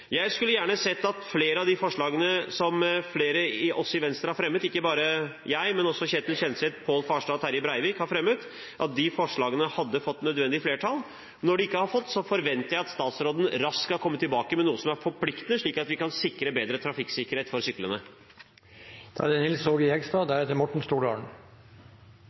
Jeg skulle gjerne sett at flere av de forslagene som flere av oss i Venstre – ikke bare jeg, men også Ketil Kjenseth, Pål Farstad og Terje Breivik – har fremmet, hadde fått nødvendig flertall. Når de ikke har fått det, forventer jeg at statsråden raskt kan komme tilbake med noe som er forpliktende, slik at vi kan sikre bedre trafikksikkerhet for syklende. I tilknytning til denne saken ble det